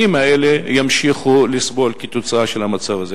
האלה לא ימשיכו לסבול כתוצאה מהמצב הזה.